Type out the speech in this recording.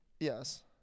Yes